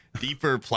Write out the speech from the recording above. deeper